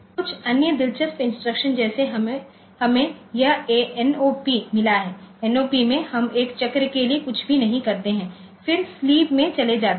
कुछ अन्य दिलचस्प इंस्ट्रक्शन जैसे हमें यह एनओपी मिला है एनओपी में हम एक चक्र के लिए कुछ भी नहीं करते हैं फिर स्लीप में चले जाते है